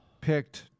picked